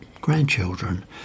grandchildren